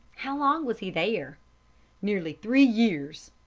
how long was he there? nearly three years.